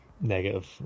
negative